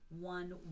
one